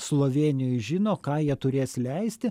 slovėnijoj žino ką jie turės leisti